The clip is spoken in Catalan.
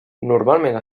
normalment